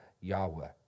Yahweh